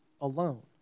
alone